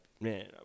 Man